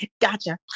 Gotcha